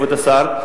כבוד השר,